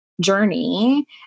Journey